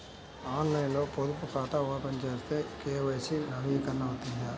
ఆన్లైన్లో పొదుపు ఖాతా ఓపెన్ చేస్తే కే.వై.సి నవీకరణ అవుతుందా?